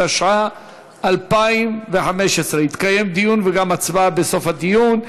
התשע"ה 2015. יתקיים דיון ותהיה הצבעה בסוף הדיון.